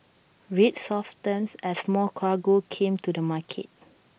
rates softened as more cargo came to the market